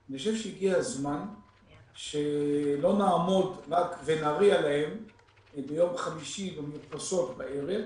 אני חושב שהגיע הזמן שלא נעמוד ונריע להם ביום חמישי במרפסות בערב,